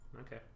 Okay